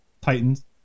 Titans